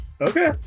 Okay